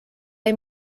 jäi